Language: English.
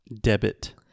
Debit